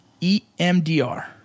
EMDR